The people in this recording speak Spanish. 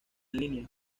línea